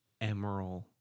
Emerald